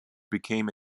became